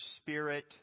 spirit